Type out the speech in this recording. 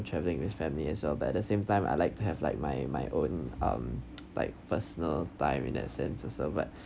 travelling with family as well but at the same time I like to have like my my own um like personal time in that sense or so but